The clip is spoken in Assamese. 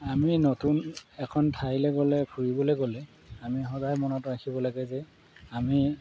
আমি নতুন এখন ঠাইলৈ গ'লে ফুৰিবলৈ গ'লে আমি সদায় মনত ৰাখিব লাগে যে আমি